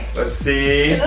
see.